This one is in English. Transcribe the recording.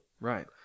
Right